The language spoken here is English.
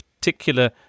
particular